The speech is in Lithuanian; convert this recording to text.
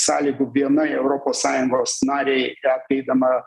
sąlygų vienai europos sąjungos narei apeidama